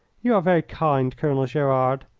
you are very kind, colonel gerard.